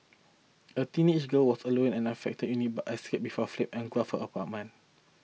a teenage girl was alone in the affected unit but escaped before flame engulfed her apartment